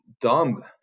dumb